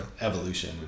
evolution